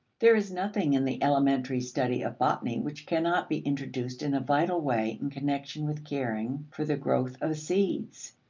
there is nothing in the elementary study of botany which cannot be introduced in a vital way in connection with caring for the growth of seeds.